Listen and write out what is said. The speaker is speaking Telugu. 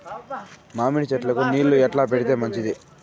మామిడి చెట్లకు నీళ్లు ఎట్లా పెడితే మంచిది?